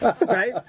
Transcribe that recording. Right